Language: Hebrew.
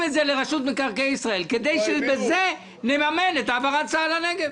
לרשות מקרקעי ישראל כדי שבזה נממן את העברת צה"ל לנגב.